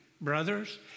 Brothers